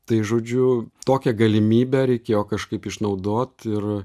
tai žodžiu tokią galimybę reikėjo kažkaip išnaudot ir